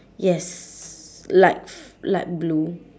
yes light light blue